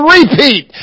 repeat